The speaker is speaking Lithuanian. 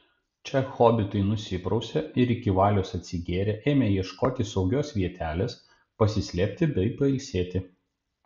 čia hobitai nusiprausė ir iki valios atsigėrę ėmė ieškotis saugios vietelės pasislėpti bei pailsėti